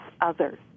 others